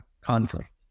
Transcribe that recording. conflict